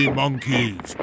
monkeys